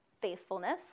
faithfulness